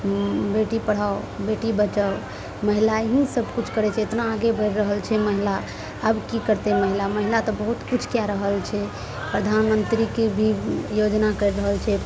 उँ बेटी पढ़ाओ बेटी बचाओ महिला ही सबकिछु करय छै इतना आगे बढ़ि रहल छै महिला आब की करतइ महिला महिला तऽ बहुत किछु कए रहल छै प्रधानमन्त्री की भी योजना करि रहल छै